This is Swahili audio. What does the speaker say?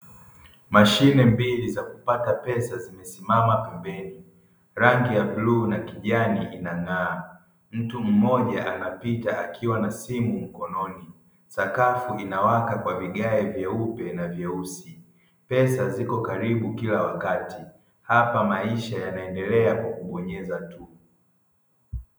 Mashine mbili za kupata pesa zimesimama pembeni rangi ya bluu na kijani inang'aa. Mtu mmoja akapita akiwa na simu mkononi, sakafu inawaka kwa vigae vyeupe na vyeusi, pesa zipo karibu kila wakati, hapa maisha yanaendelea kwa kubonyeza tu.